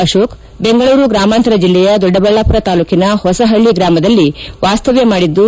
ಅಶೋಕ್ ಬೆಂಗಳೂರು ಗ್ರಾಮಾಂತರ ಜಿಲ್ಲೆಯ ದೊಡ್ಡಬಳ್ಳಾಪುರ ತಾಲ್ಲೂಕಿನ ಹೊಸಹಳ್ಳಿ ಗ್ರಾಮದಲ್ಲಿ ವಾಸ್ತವ್ಯ ಮಾಡಿದ್ದು